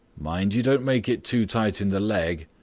mind you don't make it too tight in the leg.